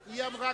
שמעתי.